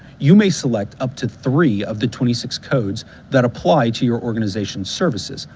you may select up to three of the twenty six codes that apply to your organization's services,